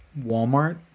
Walmart